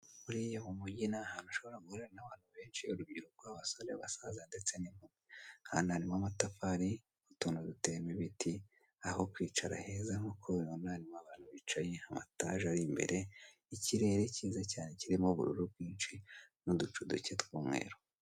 Buriya mu mugi ni ahantu ushobora guhurira n'abantu benshi, urubyiruko, abasore, abasaza ndetse n'inkumi. Hano harimo amatafari, utuntu duteyemo ibiti, aho kwicara heza nk'uko ubibona harimo abantu bicaye, amataje ari imbere, ikirere cyiza cyane kirimo ubururu bwinshi n'uducu ducye tw'umweru.